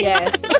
Yes